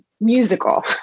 musical